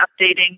updating